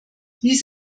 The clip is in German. dies